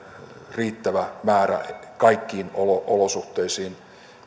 riittävä määrä kaikkiin olosuhteisiin